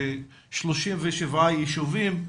37 ישובים,